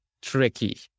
tricky